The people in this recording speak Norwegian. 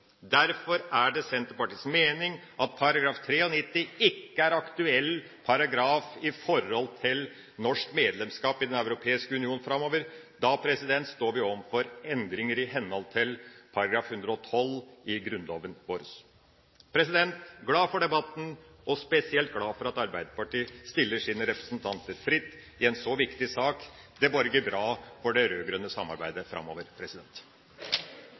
Derfor er det Senterpartiets mening at § 93 ikke er aktuell paragraf med hensyn til norsk medlemskap i Den europeiske union framover. Da står vi overfor endringer i henhold til § 112 i Grunnloven. Jeg er glad for debatten og spesielt glad for at Arbeiderpartiet stiller sine representanter fritt i en så viktig sak. Det borger bra for det rød-grønne samarbeidet framover.